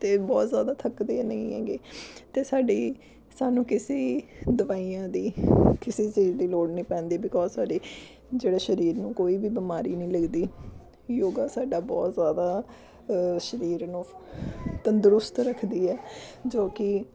ਅਤੇ ਬਹੁਤ ਜ਼ਿਆਦਾ ਥੱਕਦੀਆਂ ਨਹੀਂ ਹੈਗੇ ਅਤੇ ਸਾਡੀ ਸਾਨੂੰ ਕਿਸੇ ਦਵਾਈਆਂ ਦੀ ਕਿਸੇ ਚੀਜ਼ ਦੀ ਲੋੜ ਨਹੀਂ ਪੈਂਦੀ ਬਿਕੋਜ਼ ਸਾਡੀ ਜਿਹੜਾ ਸਰੀਰ ਨੂੰ ਕੋਈ ਵੀ ਬਿਮਾਰੀ ਨਹੀਂ ਲੱਗਦੀ ਯੋਗਾ ਸਾਡਾ ਬਹੁਤ ਜ਼ਿਆਦਾ ਸਰੀਰ ਨੂੰ ਤੰਦਰੁਸਤ ਰੱਖਦੀ ਹੈ ਜੋ ਕਿ